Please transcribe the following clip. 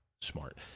smart